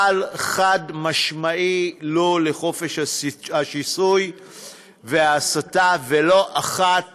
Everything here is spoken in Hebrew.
אבל חד-משמעית לא לחופש השיסוי וההסתה, ולא אחת